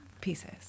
pieces